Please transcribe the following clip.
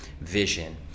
vision